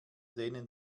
denen